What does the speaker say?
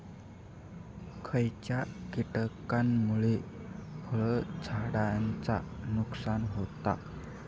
खयच्या किटकांमुळे फळझाडांचा नुकसान होता?